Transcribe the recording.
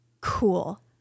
cool